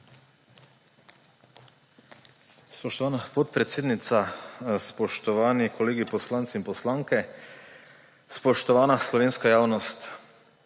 Spoštovana podpredsednica, spoštovani kolegi poslanci in poslanke, spoštovana slovenska javnost!